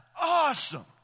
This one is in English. awesome